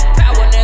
power